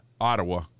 ottawa